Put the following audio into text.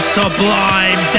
sublime